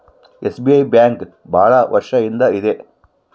SBI bank ಭಾಳ ವರ್ಷ ಇಂದ ಇದೆ